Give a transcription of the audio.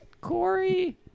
Corey